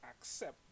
accept